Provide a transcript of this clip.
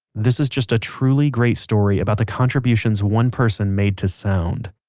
this is just a truly great story about the contributions one person made to sound.